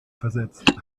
versetzt